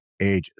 ages